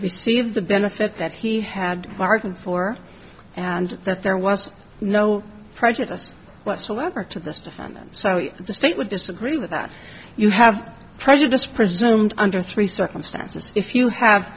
received the benefit that he had bargained for and that there was no prejudice whatsoever to this defendant so the state would disagree with that you have prejudice presumed under three circumstances if you have